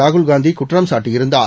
Rahul Gandhi குற்றம்சாட்டியிருந்தார்